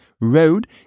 road